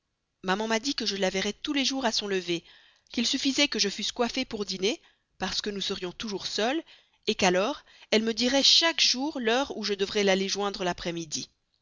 maman m'a dit que je la verrais tous les jours à son lever qu'il suffisait que je fusse coiffée pour dîner parce que nous serions toujours seules qu'alors elle me dirait chaque jour l'heure où je devrais l'aller joindre l'après-midi